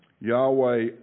Yahweh